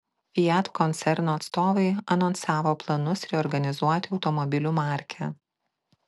fiat koncerno atstovai anonsavo planus reorganizuoti automobilių markę